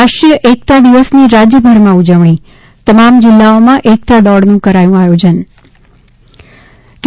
રાષ્ટ્રીય એકતા દિવસની રાજ્યભરમાં ઉજવણી તમામ જિલ્લાઓમાં એકતા દોડનું આયોજન કરાયું